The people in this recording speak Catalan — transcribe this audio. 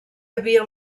havia